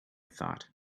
thought